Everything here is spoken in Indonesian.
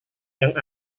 yang